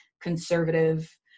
conservative